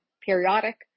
periodic